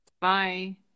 Bye